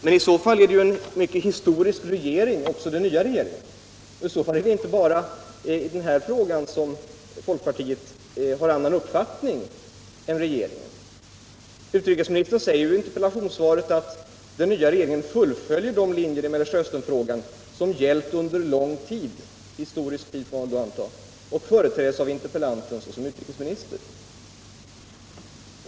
Men då är är även den nya regeringen en mycket historisk regering, och i så fall är det inte bara i fråga om PLO som folkpartiet har en annan uppfattning än regeringen när det gäller Mellersta Östern. Utrikesministern säger i interpellationssvaret att ”den nya regeringen fullföljer de linjer i Mellersta Östern-frågan som gällt under lång tid” — historisk tid, får man anta — ”och företräddes av interpellanten såsom utrikesminister”.